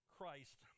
Christ